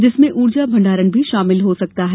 जिसमे ऊर्जा भण्डारण भी शामिल हो सकता है